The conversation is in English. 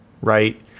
right